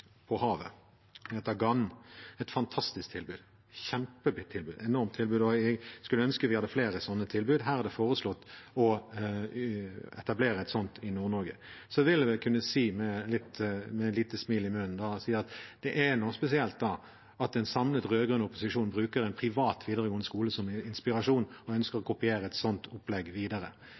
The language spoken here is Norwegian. på havet. Den heter Gann og er et fantastisk tilbud, et kjempetilbud, et enormt tilbud, og jeg skulle ønske vi hadde flere sånne tilbud. Her er det foreslått å etablere et sånt i Nord-Norge. Så vil jeg vel kunne si, med et lite smil om munnen, at det er noe spesielt at en samlet rød-grønn opposisjon bruker en privat videregående skole som inspirasjon og ønsker å kopiere et sånt opplegg videre.